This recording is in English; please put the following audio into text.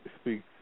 speak